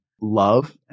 love